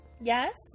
Yes